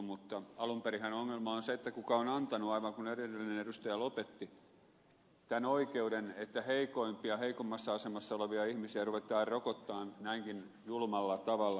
mutta alun perinhän ongelma on se kuka on antanut aivan niin kuin edellinen edustaja lopetti tämän oikeuden että heikoimpia heikoimmassa asemassa olevia ihmisiä ruvetaan rokottamaan näinkin julmalla tavalla